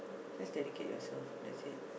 just dedicate yourself that's it